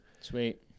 Sweet